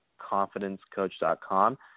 confidencecoach.com